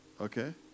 okay